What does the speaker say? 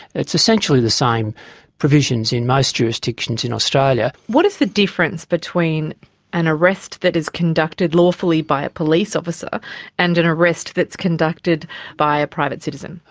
it's essentially the same provisions in most jurisdictions in australia. what is the difference between an arrest that is conducted lawfully by a police officer and an arrest that is conducted by a private citizen?